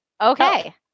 Okay